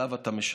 עליו אתה משלם.